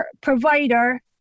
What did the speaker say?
provider